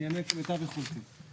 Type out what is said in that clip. אני אענה כמיטב יכולתי.